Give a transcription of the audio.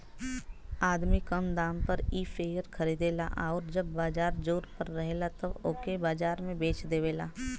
आदमी कम दाम पर इ शेअर खरीदेला आउर जब बाजार जोर पर रहेला तब ओके बाजार में बेच देवेला